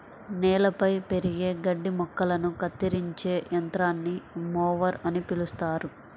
నేలపై పెరిగే గడ్డి మొక్కలను కత్తిరించే యంత్రాన్ని మొవర్ అని పిలుస్తారు